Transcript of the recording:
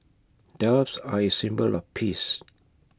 doves are A symbol of peace